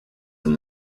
than